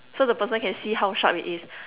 so the person can see how sharp it is